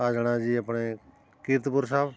ਆ ਜਾਣਾ ਜੀ ਆਪਣੇ ਕੀਰਤਪੁਰ ਸਾਹਿਬ